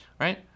right